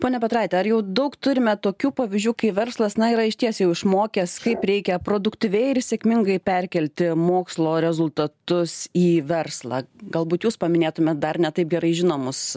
ponia petraite ar jau daug turime tokių pavyzdžių kai verslas na yra išties jau išmokęs kaip reikia produktyviai ir sėkmingai perkelti mokslo rezultatus į verslą galbūt jūs paminėtumėt dar ne taip gerai žinomus